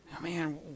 Man